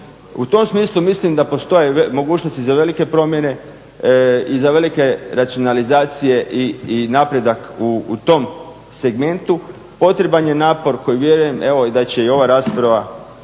U tom smislu mislim da postoje mogućnosti za velike promjene i za velike racionalizacije i napredak u tom segmentu, potreban je napor koji vjerujem evo da će i ova rasprava